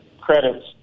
credits